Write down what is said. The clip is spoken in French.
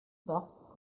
partent